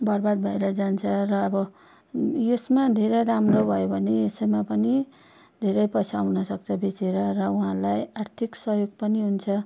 बर्बाद भएर जान्छ र अब यसमा धेरै राम्रो भयो भने यसैमा पनि धेरै पैसा आउन सक्छ बेचेर र उहाँहरूलाई आर्थिक सहयोग पनि हुन्छ